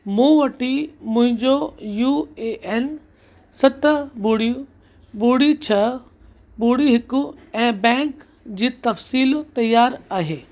मूं वटि मुंहिंजो यू ए एन सत ॿुड़ी ॿुड़ी छ ॿुड़ी हिकु ऐं बैंक जी तफ़सील तयारु आहे